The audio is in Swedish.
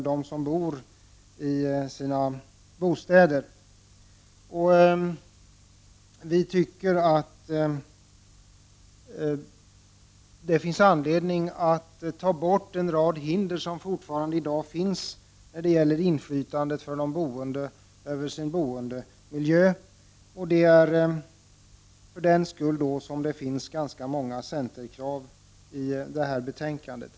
Vi i centerpartiet tycker att det finns anledning att ta bort en rad hinder som fortfarande finns i dag när det gäller de boendes inflytande över sin boendemiljö. Det är för den skull som det finns många centerkrav i detta betänkande.